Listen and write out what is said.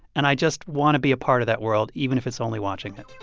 and i just want to be a part of that world, even if it's only watching it